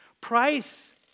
Price